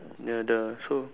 ya dah so